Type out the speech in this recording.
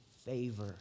Favor